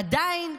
עדיין,